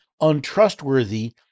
untrustworthy